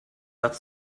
satz